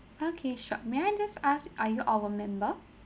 okay sure may I just ask are you our member